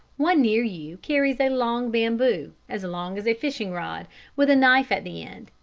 one near you carries a long bamboo as long as a fishing rod with a knife at the end.